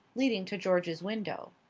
leading to george's window.